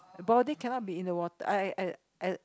body cannot be in the water I I I I